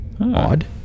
odd